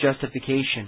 Justification